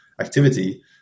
activity